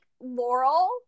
Laurel